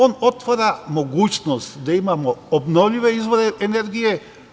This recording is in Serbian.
On otvara mogućnost da imamo obnovljive izvore energije.